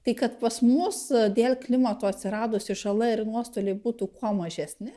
tai kad pas mus dėl klimato atsiradusi žala ir nuostoliai būtų kuo mažesni